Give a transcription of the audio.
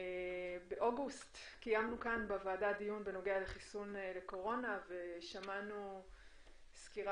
באוגוסט קיימנו בוועדה דיון בנוגע לחיסון לקורונה ושמענו סקירה